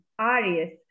Aries